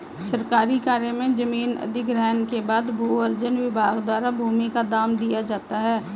सरकारी कार्य में जमीन अधिग्रहण के बाद भू अर्जन विभाग द्वारा भूमि का दाम दिया जाता है